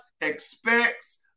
expects